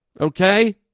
Okay